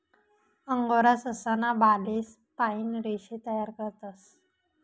angora ससा ना बालेस पाइन रेशे तयार करतस